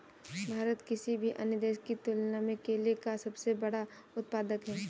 भारत किसी भी अन्य देश की तुलना में केले का सबसे बड़ा उत्पादक है